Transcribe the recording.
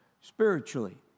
spiritually